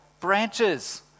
branches